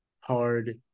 Hard